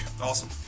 awesome